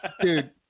Dude